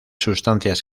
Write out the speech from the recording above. sustancias